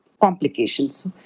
complications